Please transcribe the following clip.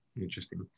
Interesting